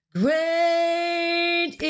great